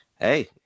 hey